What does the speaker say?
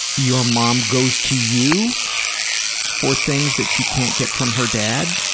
your mom goes to you for things that she can't get from her dad,